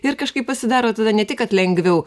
ir kažkaip pasidaro tada ne tik kad lengviau